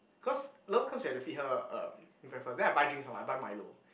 cause no cause we have to feed her um breakfast then I buy drinks some more I buy milo